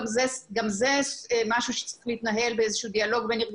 גם זה משהו שצריך להתנהל באיזשהו דיאלוג בין ארגון